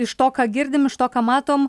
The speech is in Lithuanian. iš to ką girdim iš to ką matom